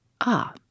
Ah